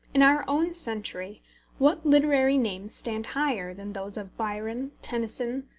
in our own century what literary names stand higher than those of byron, tennyson,